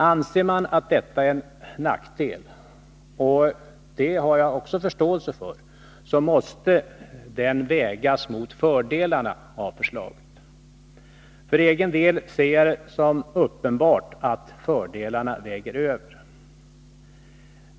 Anser man att detta är en nackdel — och det har jag också förståelse för — måste den vägas mot fördelarna av förslaget. För egen del ser jag det som uppenbart att fördelarna väger över.